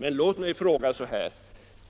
Men låt mig fråga: